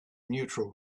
neutral